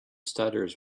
stutters